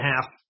half